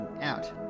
out